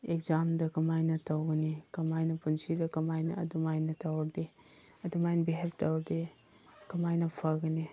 ꯑꯦꯛꯖꯥꯝꯗ ꯀꯃꯥꯏꯅ ꯇꯧꯒꯅꯤ ꯀꯃꯥꯏꯅ ꯄꯨꯟꯁꯤꯗ ꯀꯃꯥꯏꯅ ꯑꯗꯨꯃꯥꯏꯅ ꯇꯧꯔꯗꯤ ꯑꯗꯨꯃꯥꯏꯅ ꯕꯤꯍꯦꯞ ꯇꯧꯔꯗꯤ ꯀꯃꯥꯏꯅ ꯐꯒꯅꯤ